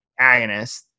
agonist